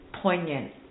Poignant